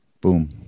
Boom